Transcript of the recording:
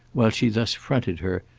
while she thus fronted her,